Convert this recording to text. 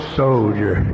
soldier